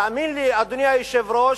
תאמין לי, אדוני היושב-ראש,